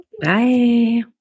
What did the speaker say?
Bye